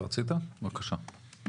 בקשה.